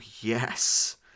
yes